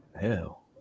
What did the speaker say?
Hell